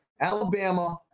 Alabama